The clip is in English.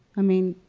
i mean,